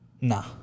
Nah